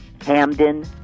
Hamden